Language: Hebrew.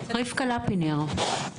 רבקה לפינר היא היו"ר.